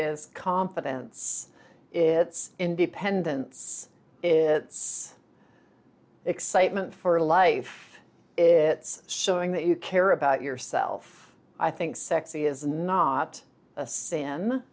is confidence its independence it's excitement for life is showing that you care about yourself i think sexy is not a sin